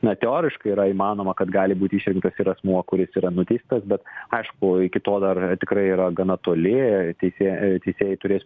na teoriškai yra įmanoma kad gali būti išrinktas ir asmuo kuris yra nuteistas bet aišku iki to dar tikrai yra gana toli teisė teisėjai turės